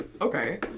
Okay